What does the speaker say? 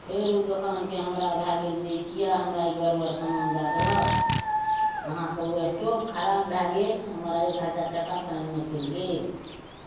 फेर ओ दोकानके हमरा भऽ गेल जे ई किएक हमरा ई गड़बड़ समान दऽ देलक अहाँके ओ स्टोप खराब भऽ गेल हमर एक हजार टाका पानिमे चलि गेल